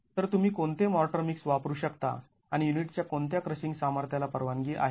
तर तुम्ही कोणते मॉर्टर मिक्स वापरू शकता आणि युनिटच्या कोणत्या क्रशिंग सामर्थ्याला परवानगी आहे